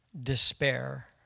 despair